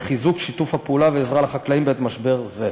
לחיזוק שיתוף הפעולה והעזרה לחקלאים במשבר זה.